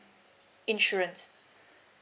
insurance